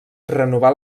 renovà